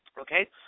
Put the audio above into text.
Okay